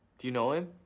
do you know him?